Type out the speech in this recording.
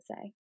say